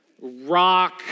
rock